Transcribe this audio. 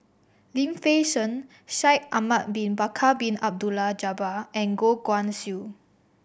Lim Fei Shen Shaikh Ahmad Bin Bakar Bin Abdullah Jabbar and Goh Guan Siew